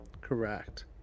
Correct